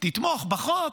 תתמוך בחוק